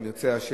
אם ירצה השם,